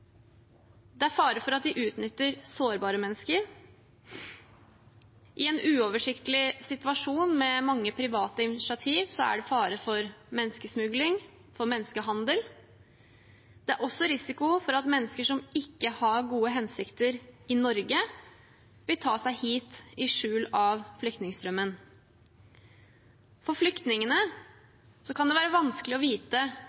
Det er fare for at de utnytter sårbare mennesker. I en uoversiktlig situasjon, med mange private initiativ, er det fare for menneskesmugling og menneskehandel. Det er også risiko for at mennesker som ikke har gode hensikter i Norge, vil ta seg hit i skjul av flyktningstrømmen. For flyktningene kan det være vanskelig å vite